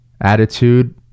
attitude